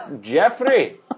jeffrey